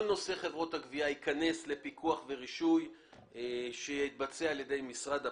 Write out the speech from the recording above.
כל נושא חברות הגבייה ייכנס לפיקוח ורישוי שיתבצע על ידי משרד הפנים,